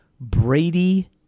Brady